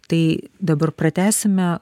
tai dabar pratęsime